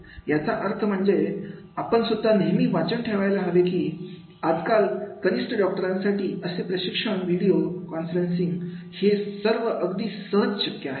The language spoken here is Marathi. याचा अर्थ म्हणजे आपण सुद्धा नेहमी वाचन ठेवायला हवे की आज काल कनिष्ठ डॉक्टरांसाठी असे प्रशिक्षण व्हिडिओ कॉन्फरन्सिंगद्वारे हे सर्व अगदी सहज शक्य आहे